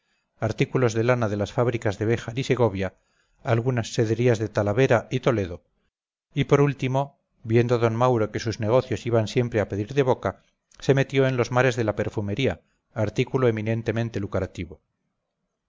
artículos de lana de las fábricas de béjar y segovia algunas sederías de talavera y toledo y por último viendo d mauro que sus negocios iban siempre a pedir de boca se metió en los mares de la perfumería artículo eminentemente lucrativo